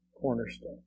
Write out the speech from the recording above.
cornerstone